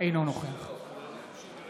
אינו נוכח יש מישהו